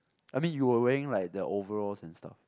I mean you will wearing like the overalls and stuff